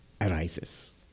arises